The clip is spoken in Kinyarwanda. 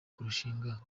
kurushinga